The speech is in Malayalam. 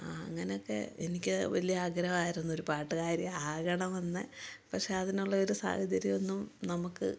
ആ അങ്ങനൊക്കെ എനിക്ക് വലിയ ആഗ്രഹമായിരുന്നു ഒരു പാട്ടുകാരി ആകണമെന്ന് പക്ഷെ അതിനുള്ളെയൊരു സാഹചര്യമൊന്നും നമക്ക്